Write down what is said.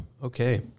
Okay